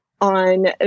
on